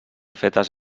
fetes